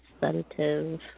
sedative